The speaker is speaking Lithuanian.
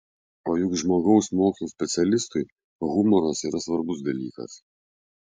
o juk žmogaus mokslų specialistui humoras yra svarbus dalykas